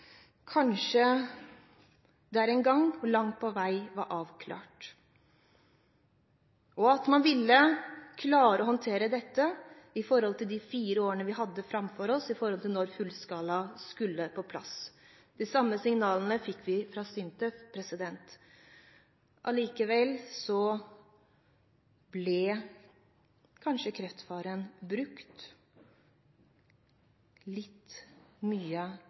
kanskje langt på vei var avklart, og at man ville klare å håndtere dette i de fire årene vi hadde framfor oss, med tanke på når fullskalaanlegget skulle på plass. De samme signalene fikk vi fra SINTEF. Likevel ble kanskje kreftfaren brukt litt mye